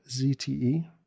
ZTE